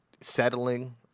settling